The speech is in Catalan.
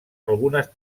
algunes